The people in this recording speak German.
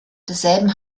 desselben